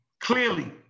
clearly